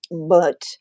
but-